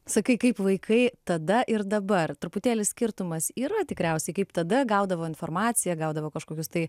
sakai kaip vaikai tada ir dabar truputėlį skirtumas yra tikriausiai kaip tada gaudavo informaciją gaudavo kažkokius tai